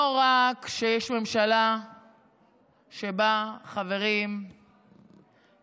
לא רק שיש ממשלה שבה חברים ארגונים